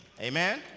Amen